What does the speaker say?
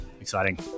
exciting